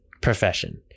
Profession